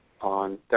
on